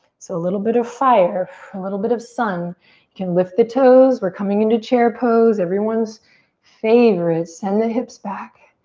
so a little bit of fire, a little bit of sun. you can lift the toes, we're coming into chair pose, everyone's favorite. send the hips back.